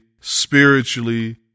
spiritually